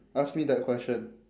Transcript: ask me that question